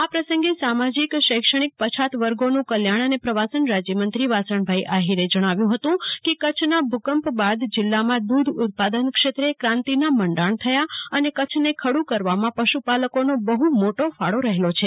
આ પ્રસંગે સામાજિક શૈક્ષણિક પછાત વર્ગોનું કલ્યાણ અને પ્રવાસન રાજય મંત્રીશ્રી વાસણભાઇ આહિરે જણાવ્યું હતું કે કચ્છના ભૂકંપ બાદ જિલ્લામાં દૂધ ઉત્પાદન ક્ષેત્રે ક્રાંતિના મંડાણ થયા અને કચ્છને ખડુ કરવામાં પશુપાલકોનો બહ્ મોટો ફાળો રહેલ છે